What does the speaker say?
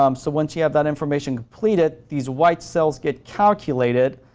um so, once you have that information completed, these white cells get calculated,